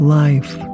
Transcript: life